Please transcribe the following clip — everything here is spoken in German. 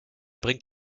bringt